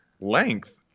length